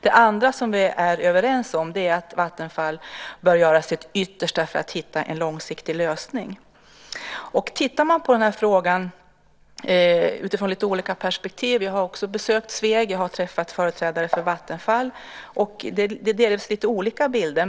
Det andra som vi är överens om är att Vattenfall bör göra sitt yttersta för att hitta en långsiktig lösning. Man kan se på den här frågan utifrån lite olika perspektiv. Jag har besökt Sveg och träffat företrädare för Vattenfall som ger lite olika bilder.